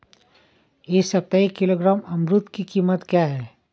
इस सप्ताह एक किलोग्राम अमरूद की कीमत क्या है?